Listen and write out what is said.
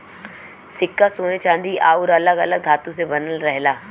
सिक्का सोने चांदी आउर अलग अलग धातु से बनल रहेला